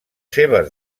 seves